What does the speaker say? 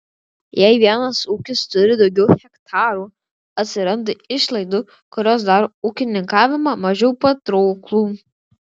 jei vienas ūkis turi daugiau hektarų atsiranda išlaidų kurios daro ūkininkavimą mažiau patrauklų